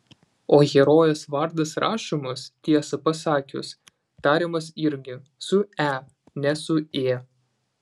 o herojės vardas rašomas tiesą pasakius tariamas irgi su e ne su ė